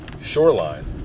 shoreline